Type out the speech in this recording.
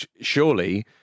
surely